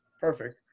perfect